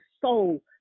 soul